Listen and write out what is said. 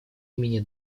имени